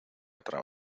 otra